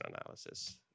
analysis